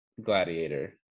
gladiator